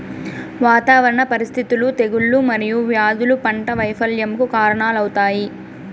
వాతావరణ పరిస్థితులు, తెగుళ్ళు మరియు వ్యాధులు పంట వైపల్యంకు కారణాలవుతాయి